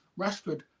Rashford